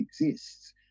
exists